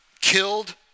killed